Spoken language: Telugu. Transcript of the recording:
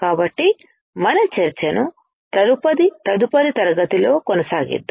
కాబట్టి మన చర్చను తదుపరి తరగతిలో కొనసాగిద్దాం